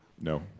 No